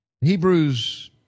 Hebrews